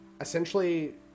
essentially